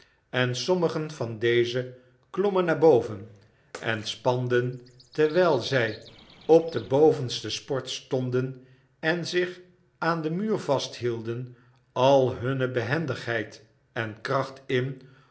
en sommigen van deze klommen naar boven en spanden towijl zij op de bovenste sport stonden en zich aan den muur vasthielden al hunne behendigheid en kracht in